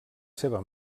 seva